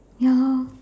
ya lor